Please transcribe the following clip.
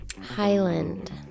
Highland